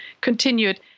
continued